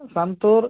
Santoor